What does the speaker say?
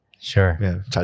Sure